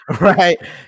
right